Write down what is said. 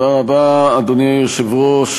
אדוני היושב-ראש,